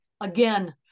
again